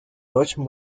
deutschen